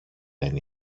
δεν